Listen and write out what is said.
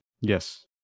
Yes